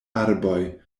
arboj